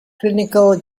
clinical